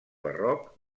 barroc